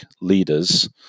leaders